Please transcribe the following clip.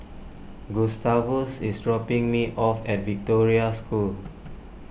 Gustavus is dropping me off at Victoria School